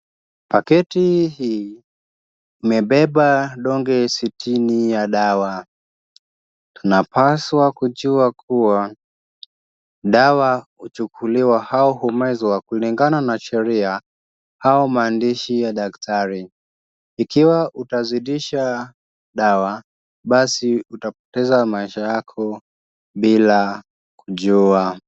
Pakiti hii imebeba donge sitini ya dawa, tunapaswa kujua kuwa dawa huchukuliwa au humezwa kulingana na sheria au maandishi ya daktari, ikiwa utazidisha dawa basi utapoteza maisha yako bila kujua.